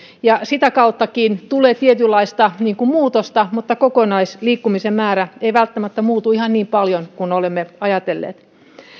ja sitä kauttakin tulee tietynlaista muutosta mutta kokonaisliikkumisen määrä ei välttämättä muutu ihan niin paljon kuin olemme ajatelleet